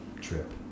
trip